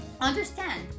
understand